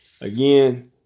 Again